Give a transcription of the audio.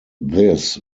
this